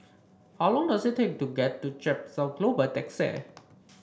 how long does it take to get to Chepstow Close by taxi